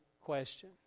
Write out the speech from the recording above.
question